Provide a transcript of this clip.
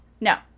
no